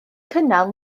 cynnal